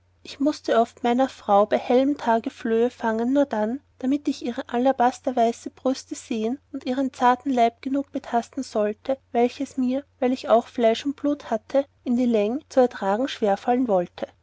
ich mußte oft meiner frau bei hellem tage flöhe fangen nur darum damit ich ihre alabasterweiße brüste sehen und ihren zarten leib genug betasten sollte welches mir weil ich auch fleisch und blut hatte in die läng zu ertragen schwer fallen wollte